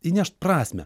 įnešt prasmę